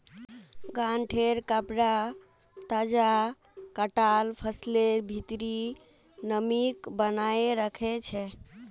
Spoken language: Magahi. गांठेंर कपडा तजा कटाल फसलेर भित्रीर नमीक बनयें रखे छै